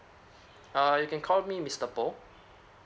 uh you can call me mister boh